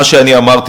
מה שאמרתי,